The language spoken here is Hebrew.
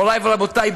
מוריי ורבותיי,